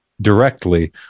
directly